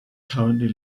currently